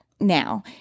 now